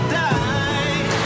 die